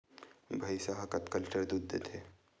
भंइसी हा कतका लीटर दूध देथे?